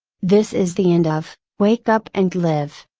this is the end of, wake up and live!